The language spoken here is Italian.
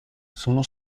sono